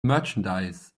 merchandise